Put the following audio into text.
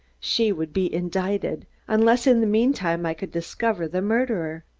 she would be indicted, unless in the meantime, i could discover the murderer.